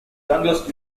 youngest